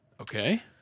Okay